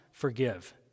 Forgive